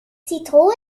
zitrone